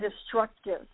destructive